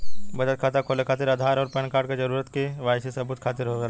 बचत खाता खोले खातिर आधार और पैनकार्ड क जरूरत के वाइ सी सबूत खातिर होवेला